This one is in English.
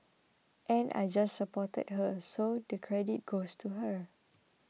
and I just supported her so the credit goes to her